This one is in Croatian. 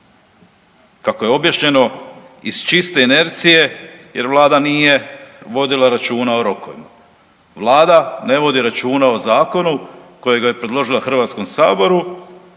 kako je objašnjeno iz čiste enercije jer vlada nije vodila računa o rokovima. Vlada ne vodi računa o zakonu kojega je predložila HS i kojega